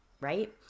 right